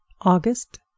August